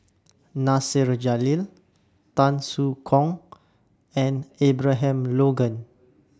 Nasir Jalil Tan Soo Khoon and Abraham Logan